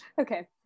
Okay